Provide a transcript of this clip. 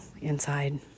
inside